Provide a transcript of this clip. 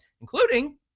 including